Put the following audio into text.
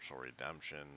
redemption